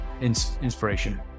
inspiration